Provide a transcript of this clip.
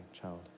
child